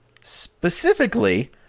specifically